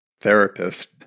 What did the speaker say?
therapist